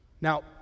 Now